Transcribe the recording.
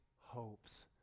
hopes